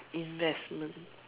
investment